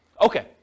Okay